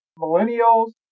millennials